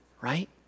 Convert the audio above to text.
right